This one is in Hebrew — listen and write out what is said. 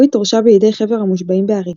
וויט הורשע בידי חבר המושבעים בהריגה.